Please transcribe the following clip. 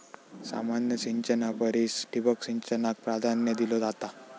सामान्य सिंचना परिस ठिबक सिंचनाक प्राधान्य दिलो जाता